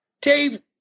Dave –